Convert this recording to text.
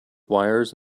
wires